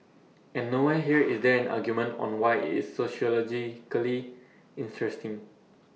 and nowhere here is there an argument on why it's sociologically interesting